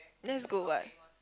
that's good what